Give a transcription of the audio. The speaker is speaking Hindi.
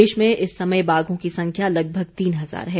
देश में इस समय बाघों की संख्या लगभग तीन हजार है